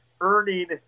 earning